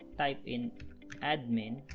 type in admin